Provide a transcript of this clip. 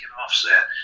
offset